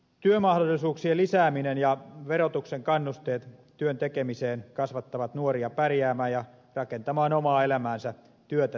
työmahdollisuuksien lisääminen ja verotuksen kannusteet työn tekemiseen kasvattavat nuoria pärjäämään ja rakentamaan omaa elämäänsä työtä tekemällä